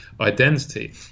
identity